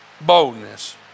boldness